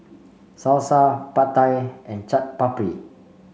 Salsa Pad Thai and Chaat Papri